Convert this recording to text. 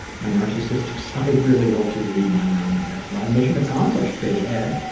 my narcissistic side really hopes you read mine on air. well mission accomplished big head.